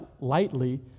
lightly